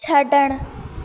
छड॒णु